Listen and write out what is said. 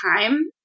time